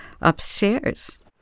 upstairs